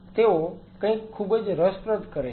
તેઓ કંઈક ખૂબ જ રસપ્રદ કરે છે